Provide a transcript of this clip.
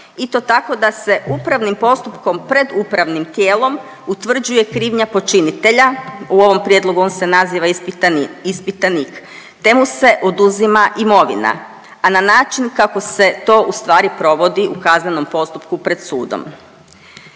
i to tako da se upravnim postupkom pred upravnim tijelom utvrđuje krivnja počinitelja, u ovom prijedlogu on se naziva ispitanik, te mu se oduzima imovina, a na način kako se to ustvari provodi u kaznenom postupku pred sudom.